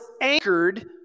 anchored